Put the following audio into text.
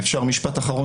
אפשר משפט אחרון?